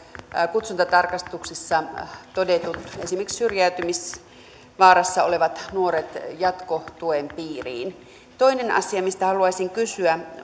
kutsuntatarkastuksessa esimerkiksi syrjäytymisvaarassa olevaksi todetut nuoret jatkotuen piiriin toinen asia mistä haluaisin kysyä